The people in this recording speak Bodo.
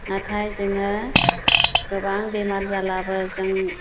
नाथाय जोङो गोबां बेमार जालाबो जों